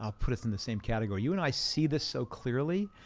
ah put us in the same category. you and i see this so clearly,